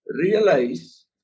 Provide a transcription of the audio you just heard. realize